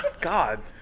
God